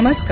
नमस्कार